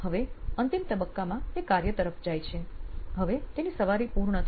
હવે અંતિમ તબક્કામાં તે કાર્ય તરફ જાય છે હવે તેની સવારી પૂર્ણ થઇ છે